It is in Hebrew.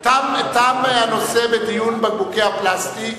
תם הנושא, דיון בבקבוקי הפלסטיק.